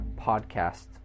podcast